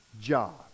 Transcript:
job